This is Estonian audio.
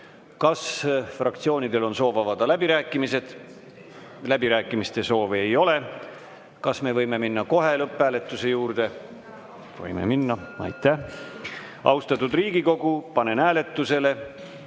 Kas fraktsioonidel on soovi avada läbirääkimised? Läbirääkimiste soovi ei ole. Kas me võime minna kohe lõpphääletuse juurde? Võime minna. Aitäh! Austatud Riigikogu, panen hääletusele